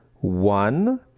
One